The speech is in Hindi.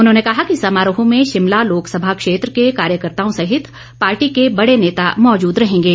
उन्होंने कहा कि समारोह में शिमला लोकसभा क्षेत्र के कार्यकर्त्ताओं सहित पार्टी के बडे नेता मौजूद रहेंगे